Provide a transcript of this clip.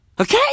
Okay